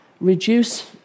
reduce